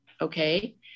okay